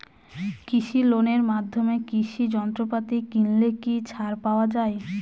কৃষি লোনের মাধ্যমে কৃষি যন্ত্রপাতি কিনলে কি ছাড় পাওয়া যায়?